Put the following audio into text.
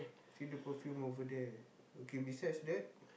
see the perfume over there okay besides that